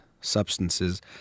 substances